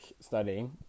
studying